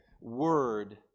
Word